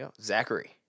Zachary